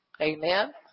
Amen